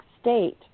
state